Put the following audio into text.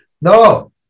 No